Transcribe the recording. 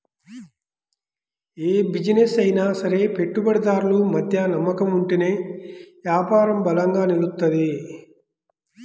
యే బిజినెస్ అయినా సరే పెట్టుబడిదారులు మధ్య నమ్మకం ఉంటేనే యాపారం బలంగా నిలుత్తది